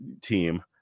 team